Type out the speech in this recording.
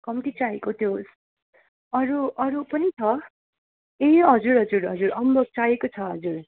कम्ती चाहिएको त्यो अरू अरू पनि छ ए हजुर हजुर हजुर अम्बक चाहिएको छ हजुर